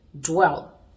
dwell